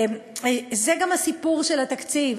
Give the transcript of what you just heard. וזה גם הסיפור של התקציב.